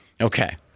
Okay